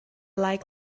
like